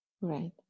Right